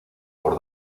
por